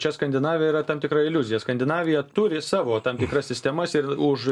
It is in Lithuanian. čia skandinavija yra tam tikra iliuzija skandinavija turi savo tam tikras sistemas ir už